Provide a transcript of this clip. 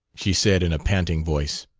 she said in a panting voice.